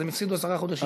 אז הם הפסידו עשרה חודשים.